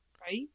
Right